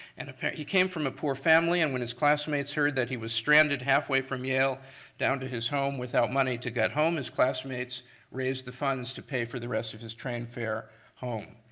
and he came from a poor family, and when his classmates heard that he was stranded halfway from yale down to his home without money to get home, his classmates raised the funds to pay for the rest of his train fare home.